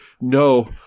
no